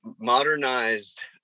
modernized